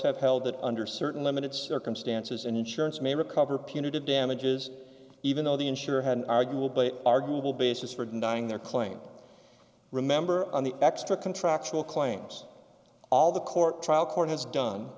have held that under certain limited circumstances an insurance may recover punitive damages even though the insurer had arguably arguable basis for denying their claim remember on the extra contractual claims all the court trial court has done